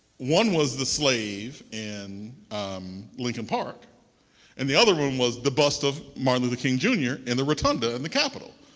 one was the slave in lincoln park and the other one was the bust of martin luther king jr. in the rotunda in the capital.